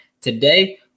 Today